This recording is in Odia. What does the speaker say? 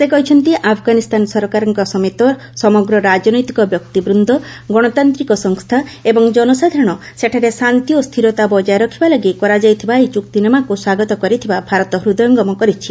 ସେ କହିଛନ୍ତି ଆଫଗାନିସ୍ତାନ ସରକାରଙ୍କ ସମେତ ସମଗ୍ର ରାଜନୈତିକ ବ୍ୟକ୍ତିବୃନ୍ଦ ଗଣତାନ୍ତିକ ସଂସ୍ଥା ଏବଂ ଜନସାଧାରଣ ସେଠାରେ ଶାନ୍ତି ଓ ସ୍ଥିରତା ବଜାୟ ରଖିବାଲାଗି କରାଯାଇଥିବା ଏହି ଚୁକ୍ତିନାମାକୁ ସ୍ୱାଗତ କରିଥିବା ଭାରତ ହୃଦୟଙ୍ଗମ କରିଛି